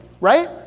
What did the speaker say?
Right